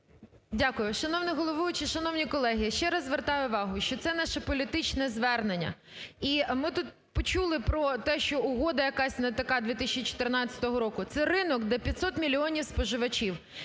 Дякую. Шановний головуючий! Шановні колеги! Ще раз звертаю увагу, що це наше політичне звернення. І ми тут почули про те, що угода якась не така 2014 року. Це ринок, де 500 мільйонів споживачів.